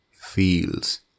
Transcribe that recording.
feels